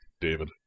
David